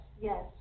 yes